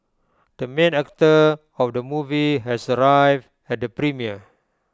the main actor of the movie has arrived at the premiere